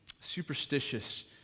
superstitious